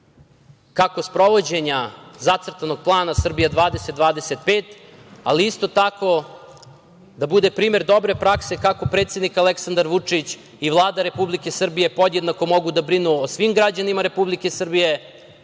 kako sprovođenja zacrtanog Plana Srbija 2025, ali isto tako da bude primer dobre prakse kako predsednik Aleksandar Vučić i Vlada Republike Srbije podjednako mogu da brinu o svim građanima Republike Srbije,